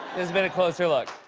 has been a closer look.